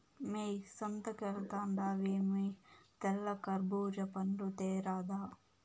మ్మే సంతకెల్తండావేమో తెల్ల కర్బూజా పండ్లు తేరాదా